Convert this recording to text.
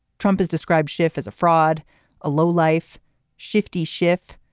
trump is described schiff as a fraud a low life shifty schiff.